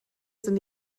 sind